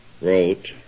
wrote